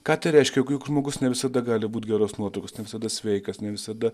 ką tai reiškia juk juk žmogus ne visada gali būt geros nuotaikos ne visada sveikas ne visada